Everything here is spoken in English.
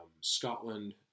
Scotland